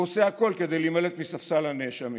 והוא עושה הכול כדי להימלט מספסל הנאשמים.